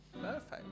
Perfect